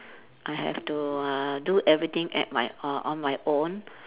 I have to uh do everything at my uh on my own